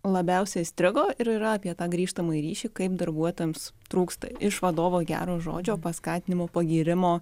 labiausia įstrigo ir yra apie tą grįžtamąjį ryšį kaip darbuotojams trūksta iš vadovo gero žodžio paskatinimo pagyrimo